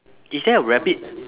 is there a rabbit